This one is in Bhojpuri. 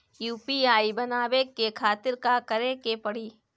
यू.पी.आई बनावे के खातिर का करे के पड़ी?